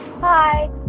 Hi